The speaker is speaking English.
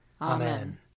Amen